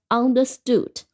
understood